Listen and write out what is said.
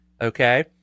okay